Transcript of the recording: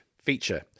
feature